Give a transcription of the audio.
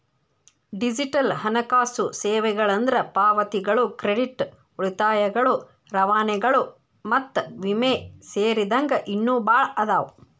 digital ಹಣಕಾಸು ಸೇವೆಗಳಂದ್ರ ಪಾವತಿಗಳು ಕ್ರೆಡಿಟ್ ಉಳಿತಾಯಗಳು ರವಾನೆಗಳು ಮತ್ತ ವಿಮೆ ಸೇರಿದಂಗ ಇನ್ನೂ ಭಾಳ್ ಅದಾವ